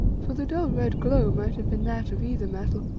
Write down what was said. for the dull, red glow might have been that of either metal.